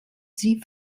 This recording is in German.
sie